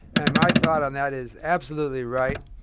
and my thought on that is, absolutely right.